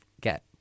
get